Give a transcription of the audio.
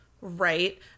Right